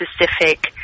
specific